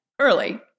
early